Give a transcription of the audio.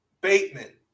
bateman